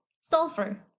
sulfur